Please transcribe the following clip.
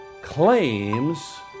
claims